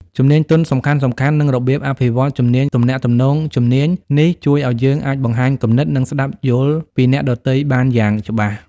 ជំនាញទន់សំខាន់ៗ និងរបៀបអភិវឌ្ឍន៍ជំនាញទំនាក់ទំនងជំនាញនេះជួយឲ្យយើងអាចបង្ហាញគំនិត និងស្តាប់យល់ពីអ្នកដទៃបានយ៉ាងច្បាស់។